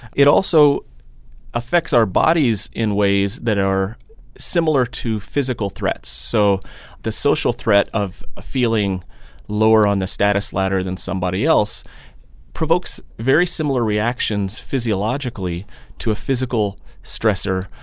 it also affects our bodies in ways that are similar to physical threats. so the social threat of feeling lower on the status ladder than somebody else provokes very similar reactions physiologically to a physical stressor.